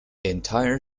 entire